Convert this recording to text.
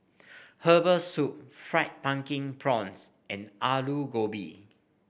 Herbal Soup Fried Pumpkin Prawns and Aloo Gobi